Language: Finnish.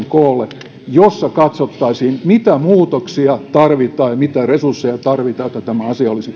koolle kokouksen jossa katsottaisiin mitä muutoksia tarvitaan tai mitä resursseja tarvitaan että asia olisi